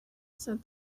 said